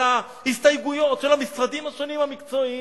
ההסתייגויות של המשרדים השונים המקצועיים.